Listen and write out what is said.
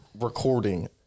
recording